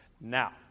now